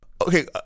Okay